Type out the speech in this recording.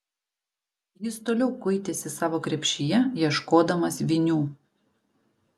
jis toliau kuitėsi savo krepšyje ieškodamas vinių